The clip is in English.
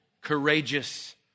courageous